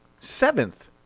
Seventh